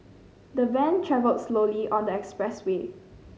the van travelled slowly on the expressway